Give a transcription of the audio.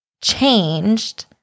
changed